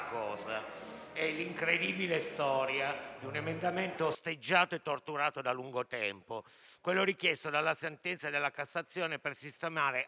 è l'incredibile storia di un emendamento osteggiato e torturato da lungo tempo, quello richiesto dalla sentenza della Cassazione per sistemare al meglio